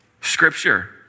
Scripture